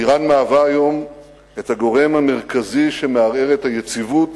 אירן מהווה היום הגורם המרכזי שמערער את היציבות